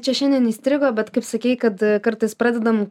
čia šiandien įstrigo bet kaip sakei kad kartais pradedam